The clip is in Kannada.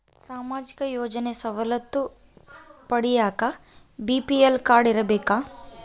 ಸಾಮಾಜಿಕ ಯೋಜನೆ ಸವಲತ್ತು ಪಡಿಯಾಕ ಬಿ.ಪಿ.ಎಲ್ ಕಾಡ್೯ ಇರಬೇಕಾ?